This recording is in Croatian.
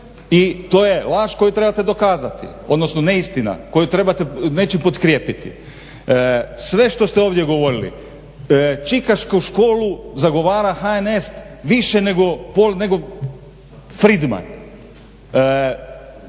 i to je laž koju trebate dokazati, donosno neistina koju trebate nečim potkrijepiti. Sve što ste ovdje govorili, čikašku školu zagovara HNS više nego Friedman.